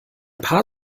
paar